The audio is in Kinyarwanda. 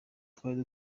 twari